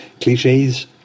cliches